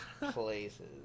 Places